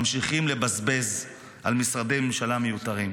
ממשיכים לבזבז על משרדי ממשלה מיותרים.